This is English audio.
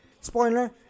spoiler